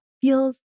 feels